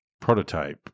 prototype